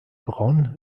braun